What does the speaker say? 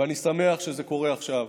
ואני שמח שזה קורה עכשיו,